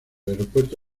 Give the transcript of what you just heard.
aeropuerto